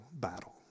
battle